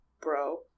bro